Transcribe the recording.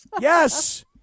yes